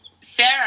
Sarah